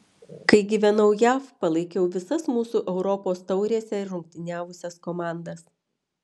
kai gyvenau jav palaikiau visas mūsų europos taurėse rungtyniavusias komandas